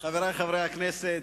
חברי חברי הכנסת,